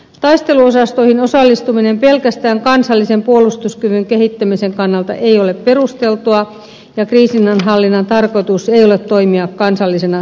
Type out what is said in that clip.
taisteluosastoihin osallistuminen pelkästään kansallisen puolustuskyvyn kehittämisen kannalta ei ole perusteltua ja kriisinhallinnan tarkoitus ei ole toimia kansallisena sotaharjoituksena